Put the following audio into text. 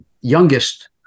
youngest